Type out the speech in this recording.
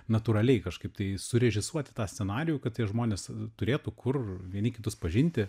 natūraliai kažkaip tai surežisuoti tą scenarijų kad žmonės turėtų kur vieni kitus pažinti